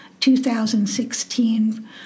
2016